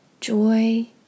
joy